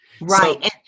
Right